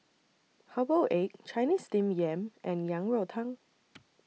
Herbal Egg Chinese Steamed Yam and Yang Rou Tang